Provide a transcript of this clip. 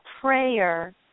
prayer